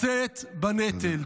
לשאת בנטל.